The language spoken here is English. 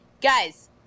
Guys